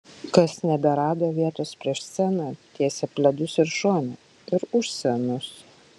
kas neberado vietos prieš sceną tiesė pledus ir šone ir už scenos